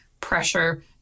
pressure